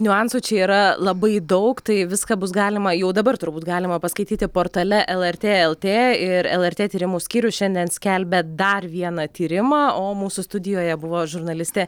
niuansų čia yra labai daug tai viską bus galima jau dabar turbūt galima paskaityti portale lrt lt ir lrt tyrimų skyrius šiandien skelbia dar vieną tyrimą o mūsų studijoje buvo žurnalistė